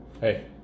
Hey